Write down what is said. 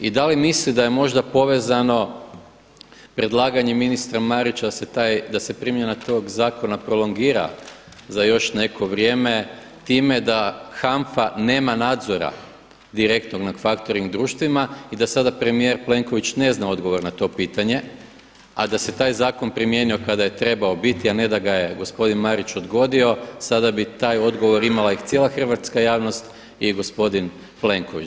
I da li misli da je možda povezano predlaganje ministra Marića da se taj, da se primjena tog zakona prolongira za još neko vrijeme, time da HANF-a nema nadzora, direktnog nad factoring društvima i da sada premijer Plenković ne zna odgovor na to pitanje, a da se taj zakon primijenio kada je trebao biti, a ne da ga je gospodin Marić odgodio, sada bi taj odgovor imala i cijela hrvatska javnost i gospodin Plenković.